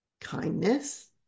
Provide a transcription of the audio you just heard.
kindness